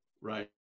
right